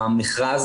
המכרז.